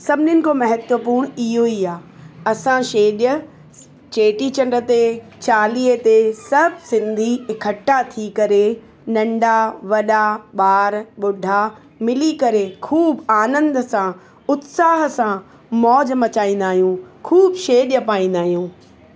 सभिनिनि खां महत्वपूर्ण इहो ई आहे असां छेॼ चेटीचंड ते चालीहे ते सभु सिंधी इकट्ठा थी करे नंढा वॾा ॿार बूढा मिली करे ख़ूबु आनंदु सां उत्साह सां मौज मचाईंदा आहियूं ख़ूबु छेॼ पाईंदा आहियूं